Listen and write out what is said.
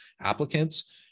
applicants